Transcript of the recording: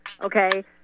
Okay